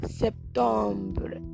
septembre